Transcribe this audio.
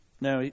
Now